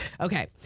Okay